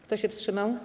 Kto się wstrzymał?